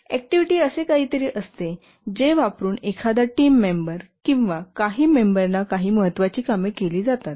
activity असे काहीतरी असते जे वापरून एखादा टीम मेंबर किंवा काही मेंबरना काही महत्त्वाची कामे केली जातात